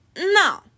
no